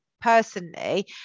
personally